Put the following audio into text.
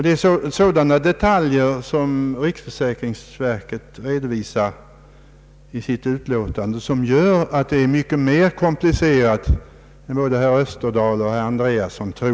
Det är sådana detaljer — redovisade i riksförsäkringsverkets utlåtande — som gör att frågan är mycket mera komplicerad än vad både herr Österdahl och herr Andreasson tror.